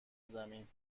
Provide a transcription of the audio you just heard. زمین